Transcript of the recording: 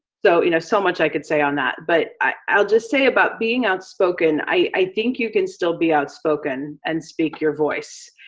so you know so much i could say on that, but i'll just say about being outspoken, i think you can still be outspoken and speak your voice.